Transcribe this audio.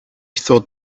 thought